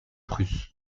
prusse